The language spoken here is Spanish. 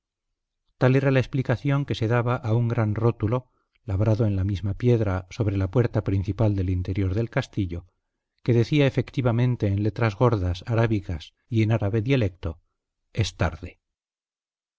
tal era la explicación que se daba a un gran rótulo labrado en la misma piedra sobre la puerta principal del interior del castillo que decía efectivamente en letras gordas arábigas y en árabe dialecto es tarde